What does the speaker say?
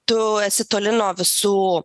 tu esi toli nuo visų